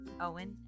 Owen